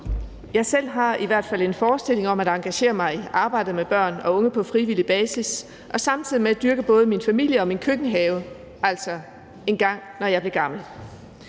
Jeg har i hvert fald selv en forestilling om at engagere mig i arbejdet med børn og unge på frivillig basis og samtidig med dette dyrke både min familie og min køkkenhave – altså, når jeg engang bliver gammel.